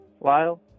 Lyle